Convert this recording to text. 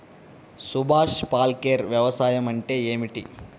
సుభాష్ పాలేకర్ వ్యవసాయం అంటే ఏమిటీ?